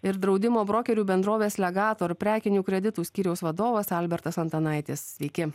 ir draudimo brokerių bendrovės legator prekinių kreditų skyriaus vadovas albertas antanaitis sveiki